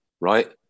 right